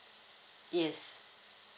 yes